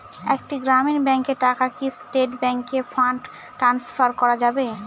একটি গ্রামীণ ব্যাংকের টাকা কি স্টেট ব্যাংকে ফান্ড ট্রান্সফার করা যাবে?